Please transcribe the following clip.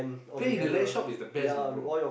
play in the Lan shop is the best you know bro